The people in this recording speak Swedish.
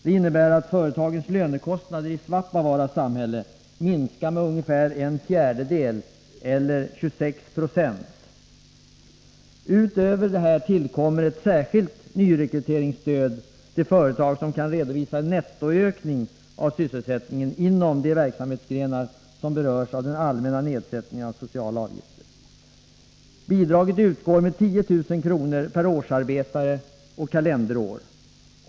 Det innebär att företagens lönekostnader i Svappavaara samhälle minskar med ungefär en fjärdedel eller 26 Yo. Utöver detta tillkommer ett särskilt nyrekryteringsstöd till företag som kan redovisa en nettoökning av sysselsättningen inom de verksamhetsgrenar som berörs av den allmänna nedsättningen av sociala avgifter. Bidraget utgår med 10 000 kronor per årsarbetare och kalenderår.